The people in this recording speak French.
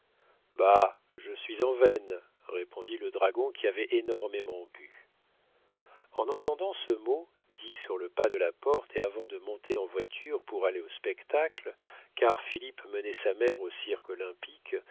je suis en veine répondit le dragon qui avait énormément bu en entendant ce mot dit sur le pas de la porte et avant de monter en voiture pour aller au spectacle car philippe menait sa mère au